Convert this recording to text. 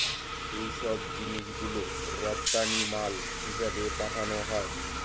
এইসব জিনিস গুলো রপ্তানি মাল হিসেবে পাঠানো হয়